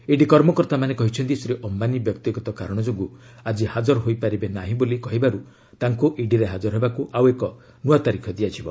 ED କର୍ମକର୍ତ୍ତାମାନେ କହିଛନ୍ତି ଶ୍ରୀ ଅମ୍ଘାନୀ ବ୍ୟକ୍ତିଗତ କାରଣ ଯୋଗୁଁ ଆଜି ହାକର ହୋଇପାରିବେ ନାହିଁ ବୋଲି କହିବାରୁ ତାଙ୍କୁ ଇଡିରେ ହାକର ହେବାକୁ ଆଉଏକ ନୂଆ ତାରିଖ ଦିଆଯିବ